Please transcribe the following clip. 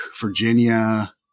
Virginia